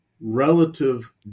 relative